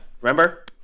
Remember